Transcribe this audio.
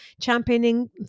championing